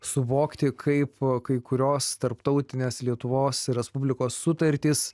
suvokti kaip kai kurios tarptautinės lietuvos respublikos sutartys